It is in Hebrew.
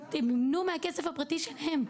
ומימנו מהכסף הפרטי שלהם,